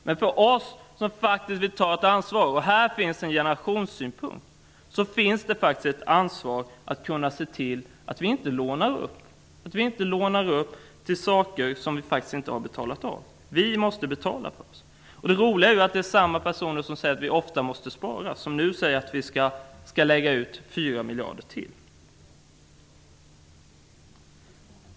Men för oss som vill ta ett ansvar -- och här finns en generationssynpunkt -- är det viktigt att se till att vi inte lånar upp till saker som vi inte kan betala av. Vi måste kunna betala för oss. Det roliga är att samma personer, som ofta säger att vi måste spara, nu säger att vi kan lägga ut 4 miljarder till.